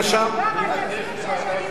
לא, אבל תוסיף בבקשה שאני בעד.